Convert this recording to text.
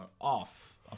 off